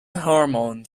hormone